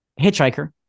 hitchhiker